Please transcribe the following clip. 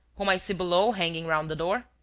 whom i see below, hanging round the door?